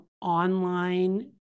online